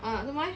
ah 做么 leh